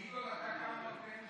גדעון, כמה אתה נותן?